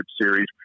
Series